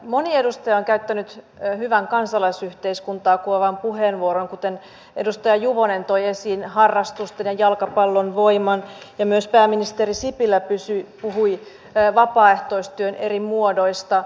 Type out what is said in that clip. moni edustaja on käyttänyt hyvän kansalaisyhteiskuntaa kuvaavan puheenvuoron kuten edustaja juvonen toi esiin harrastusten ja jalkapallon voiman ja myös pääministeri sipilä puhui vapaaehtoistyön eri muodoista